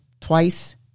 twice